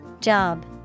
Job